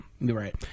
Right